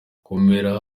komera